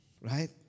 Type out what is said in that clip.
Right